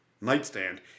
nightstand